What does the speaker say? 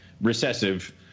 recessive